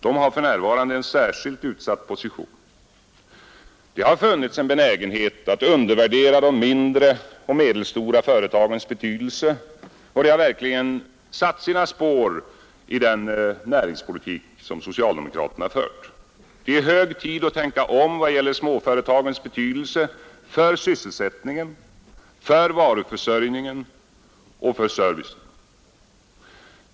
Dessa har för närvarande en särskilt utsatt position. Det har funnits en benägenhet att undervärdera de mindre och medelstora företagens betydelse, och det har verkligen satt sina spår i den näringspolitik som socialdemokraterna fört. Det är hög tid att tänka om vad gäller småföretagens betydelse för sysselsättning, varuförsörjning och service.